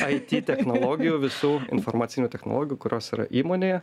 aiti technologijų visų informacinių technologijų kurios yra įmonėje